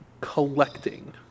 collecting